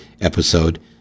episode